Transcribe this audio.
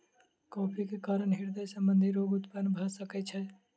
coffee के कारण हृदय संबंधी रोग उत्पन्न भअ सकै छै